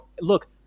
look